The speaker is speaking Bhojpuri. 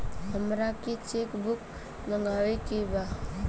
हमारा के चेक बुक मगावे के बा?